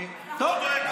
אתה לא דואג למשטרה.